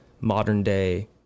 modern-day